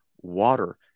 water